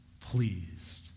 pleased